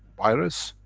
virus